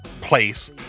place